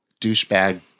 douchebag